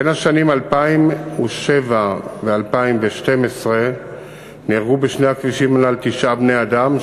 1. בין 2007 ל-2012 נהרגו בשני הכבישים הללו תשעה בני-אדם,